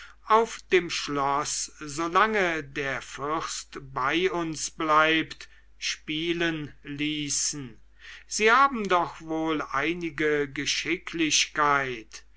auf dem schloß solange der fürst bei uns bleibt spielen ließen sie haben doch wohl einige geschicklichkeit